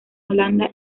holanda